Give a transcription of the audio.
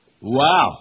Wow